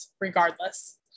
regardless